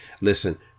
Listen